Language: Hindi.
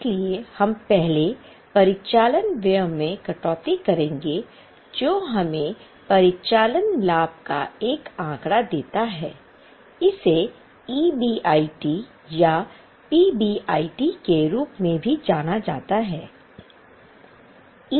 इसलिए हम पहले परिचालन व्यय में कटौती करेंगे जो हमें परिचालन लाभ का एक आंकड़ा देता है इसे EBIT या PBIT के रूप में भी जाना जाता है